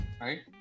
right